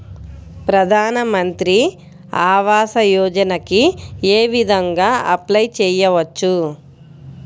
ప్రధాన మంత్రి ఆవాసయోజనకి ఏ విధంగా అప్లే చెయ్యవచ్చు?